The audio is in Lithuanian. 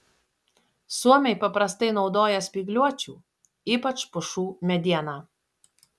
suomiai paprastai naudoja spygliuočių ypač pušų medieną